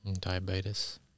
Diabetes